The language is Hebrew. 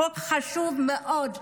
החוק חשוב מאוד.